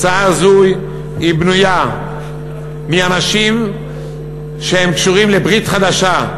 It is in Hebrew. ההצעה הזו בנויה מאנשים שקשורים לברית חדשה,